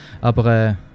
Aber